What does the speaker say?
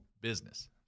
business